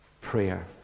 prayer